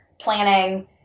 planning